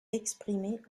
exprimé